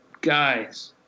guys